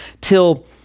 till